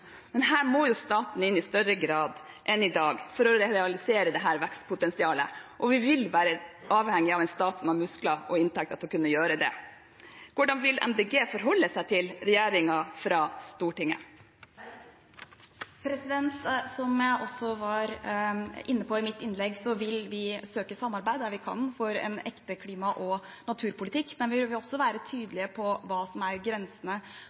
Men her må jo staten inn i større grad enn i dag for å realisere dette vekstpotensialet, og vi vil være avhengig av en stat som har muskler og inntekter til å kunne gjøre det. Hvordan vil Miljøpartiet De Grønne forholde seg til regjeringen fra Stortinget? Som jeg også var inne på i mitt innlegg, vil vi søke samarbeid, der vi kan, for en ekte klima- og naturpolitikk. Men vi vil også være tydelige på hva som er grensene